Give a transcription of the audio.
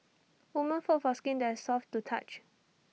woman foe for skin that's soft to the touch